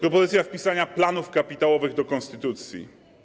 Propozycja wpisania planów kapitałowych do konstytucji.